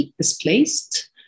displaced